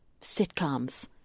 sitcoms